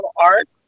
art